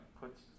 puts